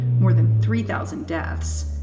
more than three thousand deaths.